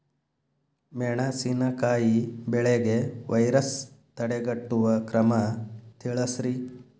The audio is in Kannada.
ಮೆಣಸಿನಕಾಯಿ ಬೆಳೆಗೆ ವೈರಸ್ ತಡೆಗಟ್ಟುವ ಕ್ರಮ ತಿಳಸ್ರಿ